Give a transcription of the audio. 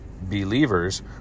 believers